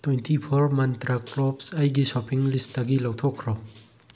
twenty four ꯃꯟꯇ꯭ꯔ ꯀ꯭ꯂꯣꯕꯁ ꯑꯩꯒꯤ ꯁꯣꯄꯤꯡ ꯂꯤꯁꯇꯒꯤ ꯂꯧꯊꯣꯛꯈ꯭ꯔꯣ